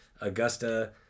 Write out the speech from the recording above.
Augusta